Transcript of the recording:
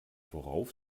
worauf